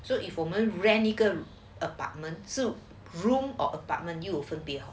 so if 我们 rent 一个 apartment 就是 room or apartment 有分别